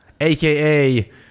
AKA